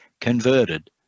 converted